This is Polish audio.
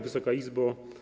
Wysoka Izbo!